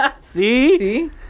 See